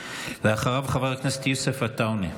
אחריו, חבר הכנסת יוסף עטאונה.